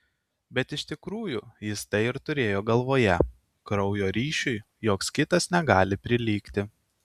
bet iš tikrųjų jis tai ir turėjo galvoje kraujo ryšiui joks kitas negali prilygti